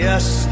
Yes